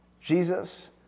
Jesus